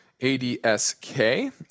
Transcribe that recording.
ADSK